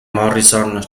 morrison